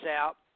out